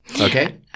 Okay